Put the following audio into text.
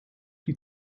die